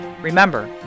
Remember